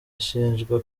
ashinjwa